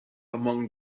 among